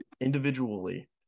individually